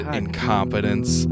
Incompetence